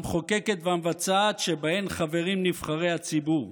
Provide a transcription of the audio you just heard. המחוקקת והמבצעת, שבהן חברים נבחרי הציבור.